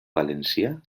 valencià